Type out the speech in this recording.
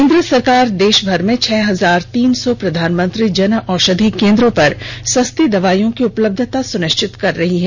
केन्द्र सरकार देशभर में छह हजार तीन सौ प्रधानमंत्री जन औषधि केंद्रों पर सस्ती दवाईयों की उपलब्यता सुनिश्चित कर रही है